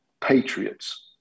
patriots